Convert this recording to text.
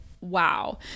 wow